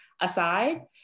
aside